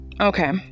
okay